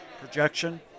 Projection